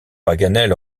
paganel